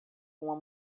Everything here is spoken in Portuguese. uma